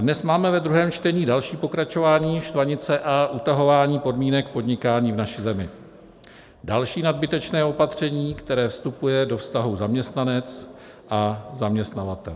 Dnes máme ve druhém čtení další pokračování štvanice a utahování podmínek podnikání v naší zemi, další nadbytečné opatření, které vstupuje do vztahu zaměstnanec a zaměstnavatel.